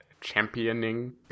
championing